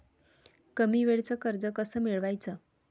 कमी वेळचं कर्ज कस मिळवाचं?